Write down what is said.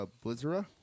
blizzard